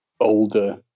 older